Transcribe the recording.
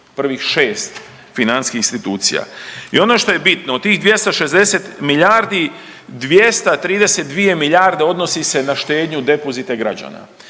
prvih 6 financijskih institucija. I ono što je bitno, u tih 260 milijardi, 232 milijarde odnosi se na štednju, depozita i građana